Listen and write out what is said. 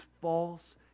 false